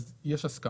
אז יש הסכמה.